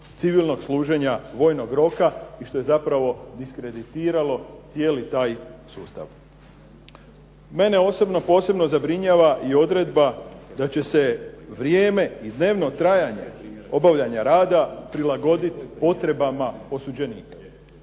civilnog služenja vojnog roka i što je zapravo diskreditiralo cijeli taj sustav. Mene osobno posebno zabrinjava i odredba da će se vrijeme i dnevno trajanje obavljanja rada prilagoditi potrebama osuđenika.